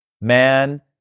man